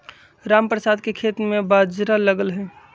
रामप्रसाद के खेत में बाजरा लगल हई